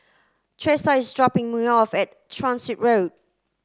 Thresa is dropping me off at Transit Road